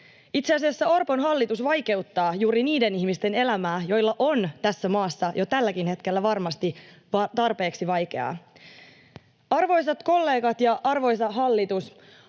Itse asiassa Orpon hallitus vaikeuttaa juuri niiden ihmisten elämää, joilla on tässä maassa jo tälläkin hetkellä varmasti tarpeeksi vaikeaa. Arvoisat kollegat ja arvoisa hallitus,